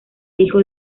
hijo